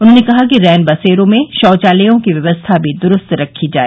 उन्होंने कहा कि रैन बसेरो में शौचालयों की व्यवस्था भी दुरूस्त रखी जाय